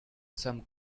some